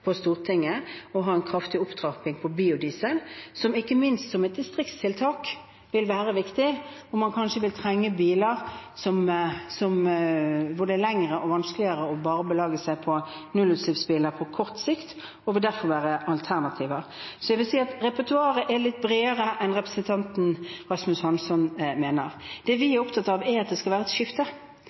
på Stortinget, å ha en kraftig opptrapping for biodiesel, som ikke minst som et distriktstiltak vil være viktig, hvor det er lengre avstander og vanskeligere bare å belage seg på å ha nullutslippsbiler på kort sikt, og hvor man derfor trenger alternativer. Så jeg vil si at repertoaret er litt bredere enn representanten Rasmus Hansson mener. Vi er opptatt av at det skal være et skifte.